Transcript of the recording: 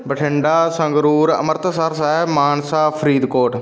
Bathinda Sangrur Amritsar Sahib Mansa Faridkot